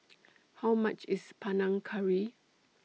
How much IS Panang Curry